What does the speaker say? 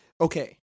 okay